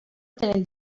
tenen